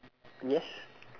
yes